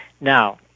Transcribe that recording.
Now